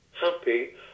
happy